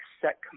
set